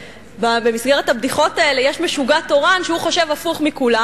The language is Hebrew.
ובמסגרת הבדיחות האלה יש משוגע תורן שהוא חושב הפוך מכולם,